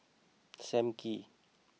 Sam Kee